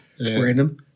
Random